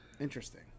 Interesting